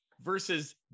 versus